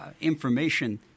information